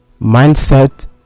mindset